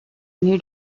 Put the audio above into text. new